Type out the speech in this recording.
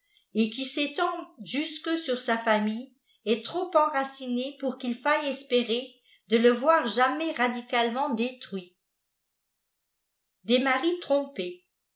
et qui s'étend jusque sur sa famille est trop enraciné pour qu'il faille espérer de le voir jamais radicalement détruit des maris